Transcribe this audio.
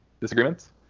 Disagreements